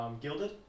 Gilded